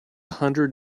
hundred